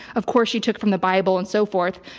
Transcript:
of course, she took from the bible and so forth.